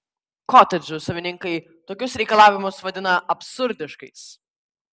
kotedžų savininkai tokius reikalavimus vadina absurdiškais